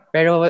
Pero